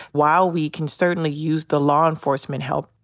while we can certainly use the law enforcement help,